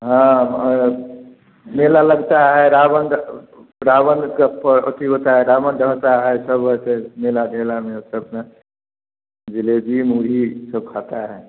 हाँ मेला लगता है रावण का रावण का पर अथी होता है रावण दहता है सब ऐसे मेला ठेला में सब अपना जलेबी मुड़ही सब खाता है